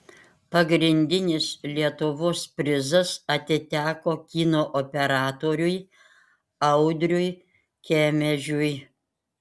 pagrindinis lietuvos prizas atiteko kino operatoriui audriui kemežiui